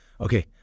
Okay